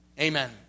Amen